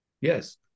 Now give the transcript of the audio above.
Yes